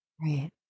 Right